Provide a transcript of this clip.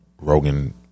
rogan